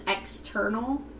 external